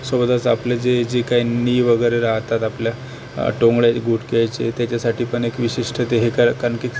सोबतच आपलं जे जे काही नी वगैरे राहतात आपल्या टोंगळ्या घुटक्याचे त्याच्यासाठी पण एक विशिष्ट ते हे काय कारण की